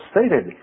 stated